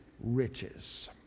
riches